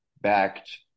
backed